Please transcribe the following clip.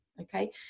Okay